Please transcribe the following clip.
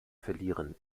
verlieren